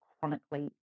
chronically